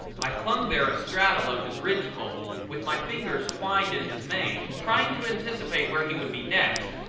i clung there astraddle of his ridge pole, with my fingers twined in his mane, trying to anticipate where he would be next,